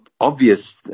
obvious